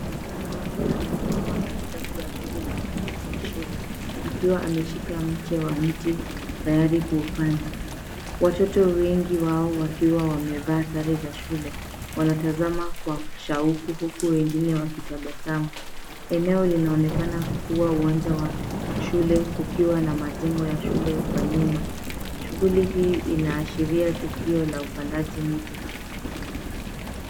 Mwanaume anasimama katikati ya kundi la watoto wa shule akiwa ameshika mche wa mti tayari kuupanda. Watoto wengi wao wakiwa wamevaa sare za shule, wanatazama kwa shauku huku wengine wakitabasamu. Eneo linaonekana kuwa uwanja wa shule kukiwa na majengo ya shule kwa nyuma. Shughuli hii inaashiria tukio la upandaji miti.